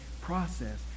process